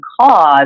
cause